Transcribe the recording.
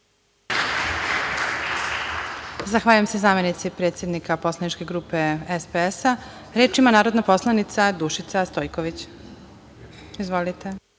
Zahvaljujem se zamenici predsednika poslaničke grupe SPS.Reč ima narodna poslanica Dušica Stojković. Izvolite.